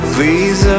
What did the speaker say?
Please